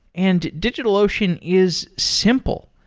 and digitalocean is simple.